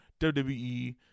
WWE